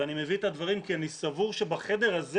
אני מביא את הדברים כי אני סבור שבחדר הזה